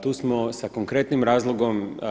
Tu smo sa konkretnim razlogom.